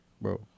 Bro